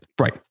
right